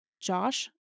Josh